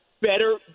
Better